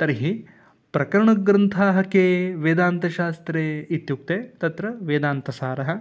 तर्हि प्रकरणग्रन्थाः के वेदान्तशास्त्रे इत्युक्ते तत्र वेदान्तसारः